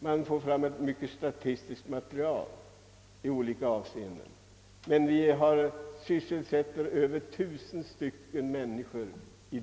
Man får visserligen fram ett statistiskt material genom denna verksamhet, som sysselsätter över 1000 personer.